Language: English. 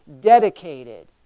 dedicated